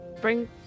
Bring